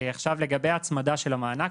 לגבי ההצמדה של המענק,